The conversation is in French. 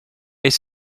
est